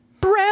brown